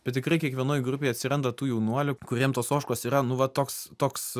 bet tikrai kiekvienoj grupėj atsiranda tų jaunuolių kuriem tos ožkos yra nu va toks toks